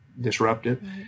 disruptive